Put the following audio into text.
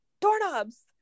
Doorknobs